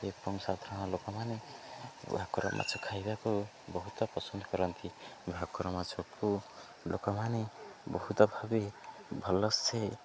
ଏବଂ ସାଧାରଣ ଲୋକମାନେ ଭାକୁର ମାଛ ଖାଇବାକୁ ବହୁତ ପସନ୍ଦ କରନ୍ତି ଭାକୁର ମାଛକୁ ଲୋକମାନେ ବହୁତ ଭାବେ ଭଲସେ